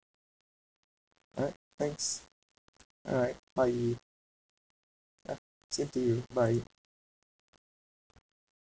alright thanks alright bye ya same to you bye